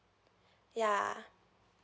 ya